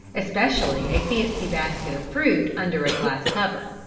especially a fancy basket of fruit under a glass cover.